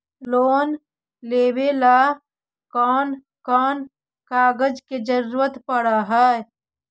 Loan लेबे ल कैन कौन कागज के जरुरत पड़ है?